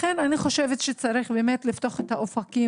לכן אני חושבת שצריך לפתוח את האופקים